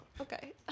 okay